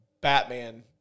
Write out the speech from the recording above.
Batman